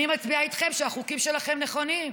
אני מצביעה איתכם כשהחוקים שלכם נכונים.